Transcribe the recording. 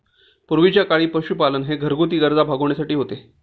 पूर्वीच्या काळी पशुपालन हे घरगुती गरजा भागविण्यासाठी होते